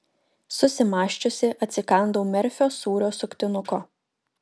susimąsčiusi atsikandau merfio sūrio suktinuko